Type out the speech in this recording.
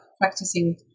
practicing